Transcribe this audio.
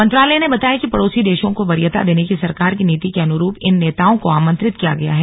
मंत्रालय ने बताया कि पड़ोसी देशों को वरीयता देने की सरकार की नीति के अनुरूप इन नेताओं को आमंत्रित किया गया है